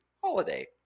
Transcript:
holiday